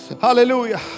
hallelujah